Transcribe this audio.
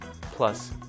plus